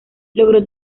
logró